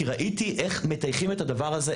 כי ראיתי איך מטייחים את הדבר הזה,